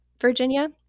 Virginia